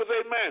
amen